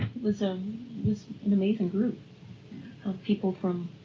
was um was an amazing group of people from